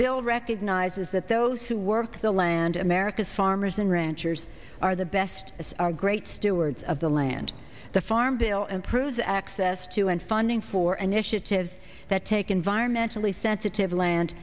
bill recognizes that those who work the land america's farmers and ranchers are the best as our great stewards of the land the farm bill improves access to and funding for an initiative that take environmentally sensitive land